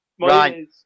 Right